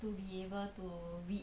to be able to read